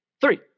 three